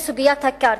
מסוגיית הקרקע,